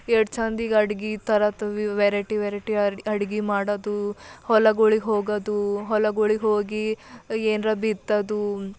ಎಷ್ಟು ಚೆಂದ ಈಗ ಅಡುಗೆ ಥರ ತ ವೆರೈಟಿ ವೆರೈಟಿ ಅಡುಗೆ ಮಾಡೋದು ಹೊಲಗಳಿಗೆ ಹೋಗೋದು ಹೊಲಗಳಿಗೆ ಹೋಗಿ ಏನಾರ ಬಿತ್ತೋದು